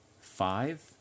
five